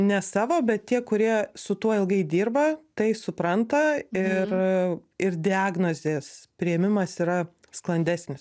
ne savo bet tie kurie su tuo ilgai dirba tai supranta ir ir diagnozės priėmimas yra sklandesnis